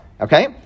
Okay